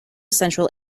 central